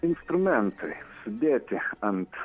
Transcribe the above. instrumentai sudėti ant